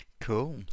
cool